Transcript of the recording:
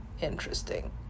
interesting